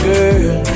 Girl